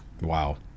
Wow